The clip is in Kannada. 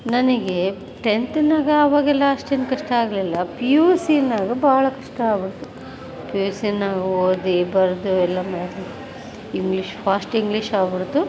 ನನಗೆ ಟೆಂತ್ನಲ್ಲಿ ಅವಾಗೆಲ್ಲ ಅಷ್ಟೇನೂ ಕಷ್ಟ ಆಗಲಿಲ್ಲ ಪಿ ಯು ಸಿ ಯಲ್ಲಿ ಭಾಳ ಕಷ್ಟ ಆಗ್ಬಿಡ್ತು ಪಿ ಯು ಸಿ ಯಲ್ಲಿ ಓದಿ ಬರೆದು ಎಲ್ಲ ಮಾಡಿ ಇಂಗ್ಲೀಷ್ ಫಾಸ್ಟ್ ಇಂಗ್ಲೀಷ್ ಆಗ್ಬಿಡ್ತು